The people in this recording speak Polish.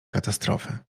katastrofy